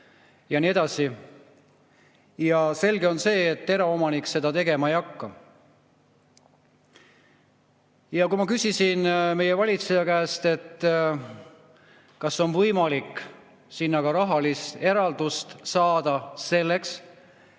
ja nii edasi. Selge on see, et eraomanik seda tegema ei hakka. Kui ma küsisin meie valitseja käest, kas on võimalik sinna rahalist eraldist saada, selleks